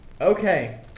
Okay